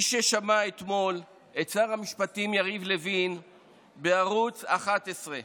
מי ששמע אתמול את שר המשפטים יריב לוין בערוץ 11,